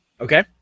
Okay